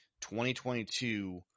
2022